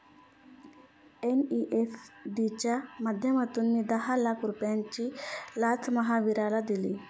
NEFT च्या माध्यमातून मी दहा लाख रुपयांची लाच महावीरला दिली